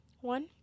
one